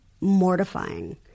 mortifying